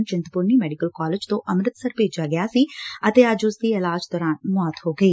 ਕਾਰਨ Chintpurni medical college ਤੋਂ ਅੰਮਿਤਸਰ ਭੇਜਿਆ ਗਿਆ ਸੀ ਅਤੇ ਅੱਜ ਉਸਦੀ ਇਲਾਜ ਦੌਰਾਨ ਮੌਤ ਹੋ ਗਈ